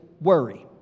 Worry